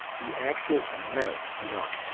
the actual amounts do not.